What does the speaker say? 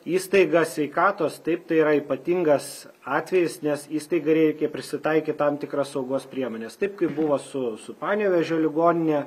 įstaiga sveikatos taip tai yra ypatingas atvejis nes įstaigai reikia prisitaikyt tam tikras saugos priemones taip kaip buvo su su panevėžio ligonine